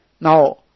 Now